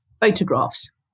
photographs